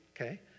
okay